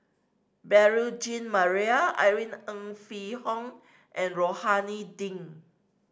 Beurel Jean Marie Irene Ng Phek Hoong and Rohani Din